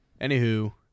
Anywho